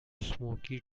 smoky